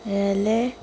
L A